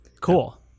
Cool